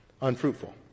unfruitful